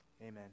Amen